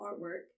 artwork